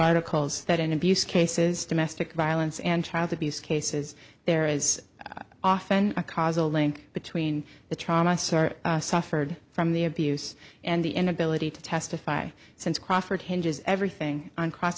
articles that an abuse cases domestic violence and child abuse cases there is often a cause a link between the trauma suffered from the abuse and the inability to testify since crawford hinges everything on cross